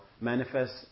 manifest